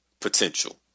potential